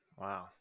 wow